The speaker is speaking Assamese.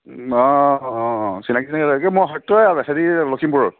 অঁ অঁ চিনাকি চিনাকি মই সত্যই আৰু লখিমপুৰৰ